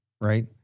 right